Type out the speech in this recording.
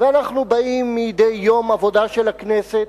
ואנחנו באים מדי יום עבודה של הכנסת,